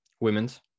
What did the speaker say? Women's